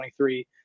2023